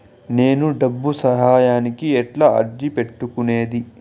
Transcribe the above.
నేను డబ్బు సహాయానికి ఎట్లా అర్జీ పెట్టుకునేది?